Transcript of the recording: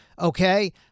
okay